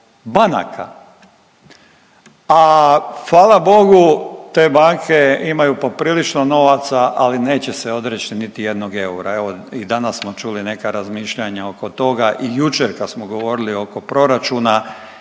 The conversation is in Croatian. banaka. A hvala bogu te banke imaju poprilično novaca, ali neće se odreći niti jednog eura. Evo i danas smo čuli neka razmišljanja oko toga i jučer kad smo govorili oko proračuna.